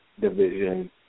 division